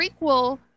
prequel